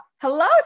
hello